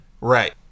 Right